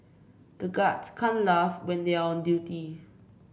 the guards can't laugh when they are on duty